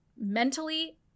mentally